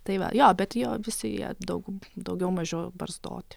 tai va jo bet jo visi jie daug daugiau mažiau barzdoti